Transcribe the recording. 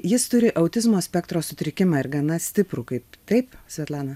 jis turi autizmo spektro sutrikimą ir gana stiprų kaip taip svetlana